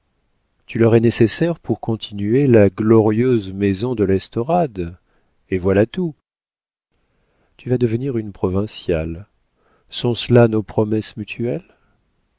tu leur es nécessaire pour continuer la glorieuse maison de l'estorade et voilà tout tu vas devenir une provinciale sont-ce là nos promesses mutuelles